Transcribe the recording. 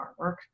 artwork